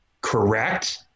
correct